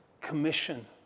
Commission